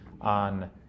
on